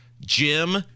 Jim